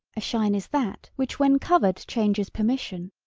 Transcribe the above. a shine is that which when covered changes permission.